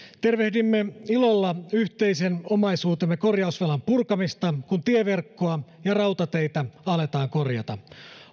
tervehdimme ilolla yhteisen omaisuutemme korjausvelan purkamista kun tieverkkoa ja rautateitä aletaan korjata